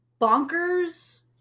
bonkers